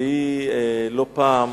שהיא לא פעם